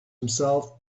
himself